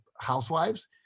housewives